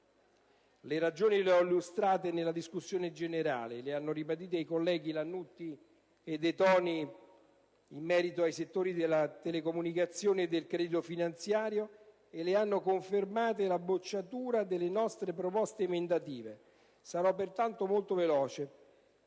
Le ragioni le ho illustrate nella discussione generale, le hanno ribadite i colleghi Lannutti e De Toni, in merito ai settori delle telecomunicazioni e del credito finanziario, e le ha confermate la bocciatura delle nostre proposte emendative. Sarò pertanto molto veloce.